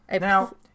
Now